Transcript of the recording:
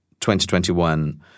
2021